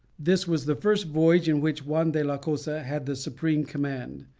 this was the first voyage in which juan de la cosa had the supreme command.